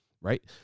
right